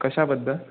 कशाबद्दल